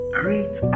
great